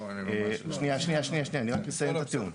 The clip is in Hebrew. לא, אני ממש לא --- שנייה, אסיים את הטיעון.